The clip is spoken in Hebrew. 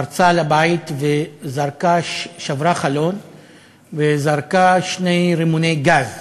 פרצה לבית, שברה חלון וזרקה שני רימוני גז